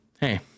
hey